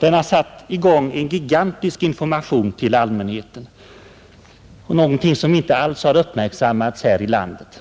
Den har satt i gång en gigantisk information till allmänheten, någonting som inte alls har uppmärksammats här i landet.